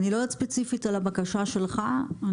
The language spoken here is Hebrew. אני לא יודעת לגבי הבקשה שלך ספציפית,